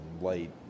light